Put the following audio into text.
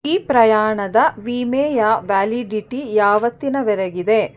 ಈ ಪ್ರಯಾಣದ ವಿಮೆಯ ವ್ಯಾಲಿಡಿಟಿ ಯಾವತ್ತಿನವರೆಗಿದೆ